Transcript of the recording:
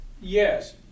Yes